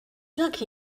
lucky